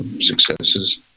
successes